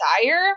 desire